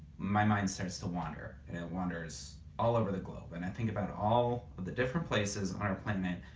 my mind starts to wander. and it wanders all over the globe. and i think about all the different places on our planet.